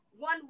One